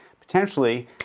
potentially